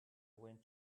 went